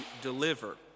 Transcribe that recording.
deliver